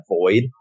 void